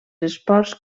esports